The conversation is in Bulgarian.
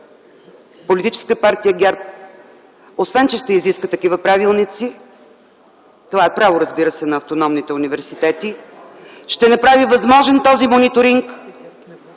Политическа партия ГЕРБ, освен че ще изисква такива правилници, това е право, разбира се, на автономните университети, ще направи възможен този мониторинг